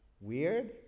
weird